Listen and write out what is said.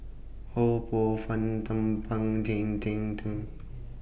Ho Poh Fun Thum Ping Tjin